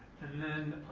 and then,